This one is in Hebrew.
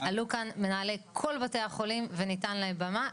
עלו כאן מנהלי כל בתי החולים וניתנה להם במה,